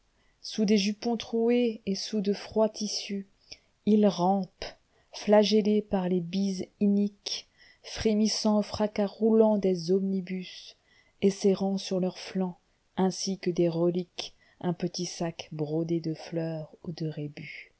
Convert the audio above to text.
sous des jupons troués et sous de froids tissus ils rampent flagellés par les bises iniques frémissant au fracas roulant des omnibus et serrant sur leur flanc ainsi que des reliques un petit sac brodé de fleurs ou de rébus